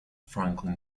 franklin